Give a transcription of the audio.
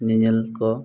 ᱧᱮᱧᱮᱞ ᱠᱚ